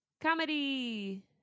Comedy